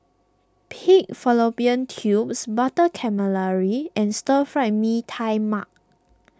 Pig Fallopian Tubes Butter Calamari and Stir Fried Mee Tai Mak